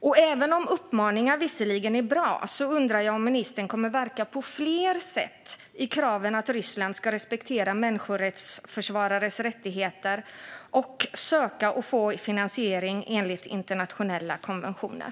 Och även om uppmaningar är bra undrar jag om ministern kommer att verka på fler sätt i kraven att Ryssland ska respektera människorättsförsvarares rättigheter att söka och få finansiering enligt internationella konventioner.